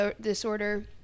disorder